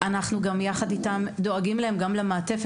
יחד איתם אנחנו דואגים למעטפת.